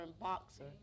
boxer